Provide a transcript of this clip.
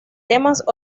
temas